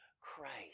Christ